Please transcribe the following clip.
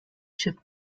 chip